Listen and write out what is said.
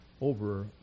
over